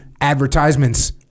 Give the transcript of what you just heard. advertisements